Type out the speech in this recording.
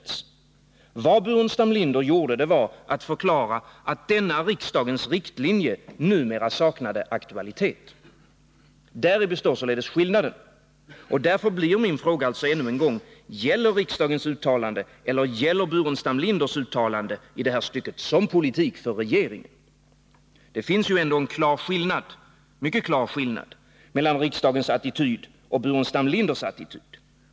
Vad Staffan Burenstam Linder gjorde var att förklara att denna riksdagens riktlinje numera saknade aktualitet. Däri består således skillnaden. Därför blir min fråga ännu en gång: Gäller riksdagens uttalande eller gäller Staffan Burenstam Linders uttalande i det här stycket såsom politik för regeringen? Det finns ju ändå en mycket klar skillnad mellan riksdagens attityd och Staffan Burenstam Linders attityd.